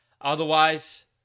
Otherwise